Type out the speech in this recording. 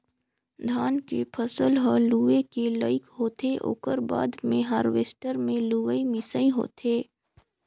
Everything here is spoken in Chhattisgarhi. धान के फसल ह लूए के लइक होथे ओकर बाद मे हारवेस्टर मे लुवई मिंसई होथे